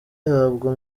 rihabwa